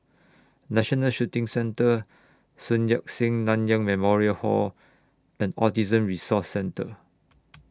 National Shooting Centre Sun Yat Sen Nanyang Memorial Hall and Autism Resource Centre